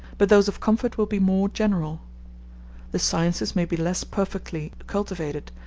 but those of comfort will be more general the sciences may be less perfectly cultivated,